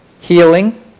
Healing